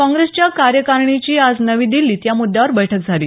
काँग्रेसच्या कार्यकारिणीची आज नवी दिल्लीत या मुद्दावर बैठक झाली